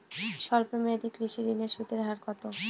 স্বল্প মেয়াদী কৃষি ঋণের সুদের হার কত?